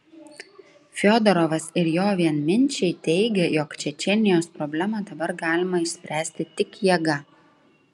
fiodorovas ir jo vienminčiai teigia jog čečėnijos problemą dabar galima išspręsti tik jėga